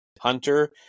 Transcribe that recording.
Hunter